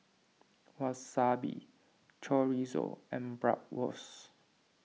Wasabi Chorizo and Bratwurst